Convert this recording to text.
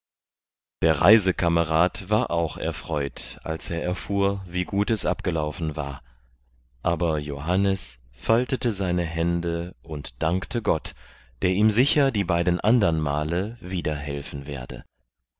der reisekamerad war auch erfreut als er erfuhr wie gut es abgelaufen war aber johannes faltete seine hände und dankte gott der ihm sicher die beiden andern male wieder helfen werde